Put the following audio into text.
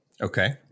Okay